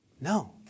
No